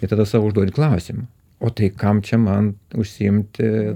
i tada sau užduoti klausimą o tai kam čia man užsiimti